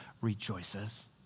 rejoices